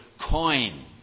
coin